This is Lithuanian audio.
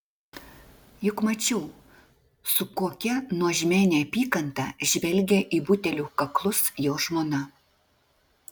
juk mačiau su kokia nuožmia neapykanta žvelgia į butelių kaklus jo žmona